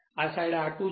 તો આ side R2 છે